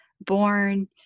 born